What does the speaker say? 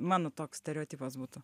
mano toks stereotipas būtų